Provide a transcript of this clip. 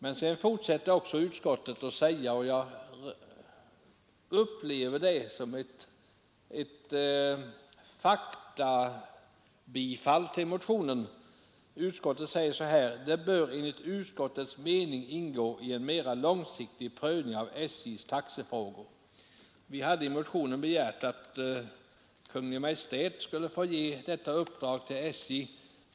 Men sedan säger utskottet — och jag upplever det som ett faktiskt tillstyrkande av motionen — om motionsyrkandena: ”De bör enligt utskottets mening ingå i en mera långsiktig prövning av SJ:s taxefrågor.” Vi hade i motionen begärt att Kungl. Maj:t skulle ge detta uppdrag till SJ.